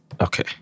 Okay